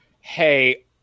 hey